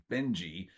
Benji